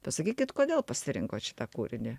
pasakykit kodėl pasirinkot šitą kūrinį